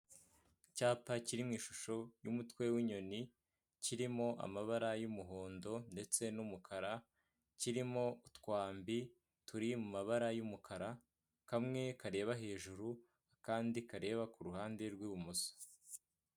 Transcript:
Icyapa kiri mu ishusho y'umutwe w'inyoni kirimo amabara y'umuhondo ndetse n'umukara, kirimo utwambi turi mu mabara y'umukara, kamwe kareba hejuru akandi kareba ku ruhande rw'ibumoso.